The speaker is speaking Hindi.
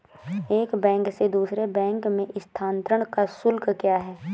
एक बैंक से दूसरे बैंक में स्थानांतरण का शुल्क क्या है?